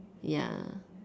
ya